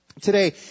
today